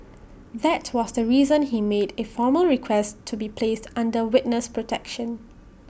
that was the reason he made A formal request to be placed under witness protection